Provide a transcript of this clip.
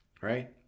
right